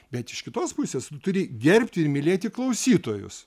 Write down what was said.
bet iš kitos pusės turi gerbti ir mylėti klausytojus